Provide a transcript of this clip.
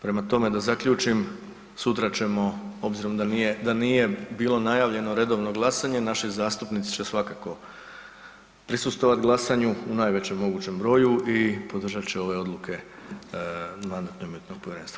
Prema tome da zaključim, sutra ćemo obzirom da nije bilo najavljeno redovno glasanje, naši zastupnici će svakako prisustvovati glasanju u najvećem mogućem broju i podržat će ove odluke Mandatno-imunitetnog povjerenstva.